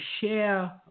share